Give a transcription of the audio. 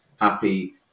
happy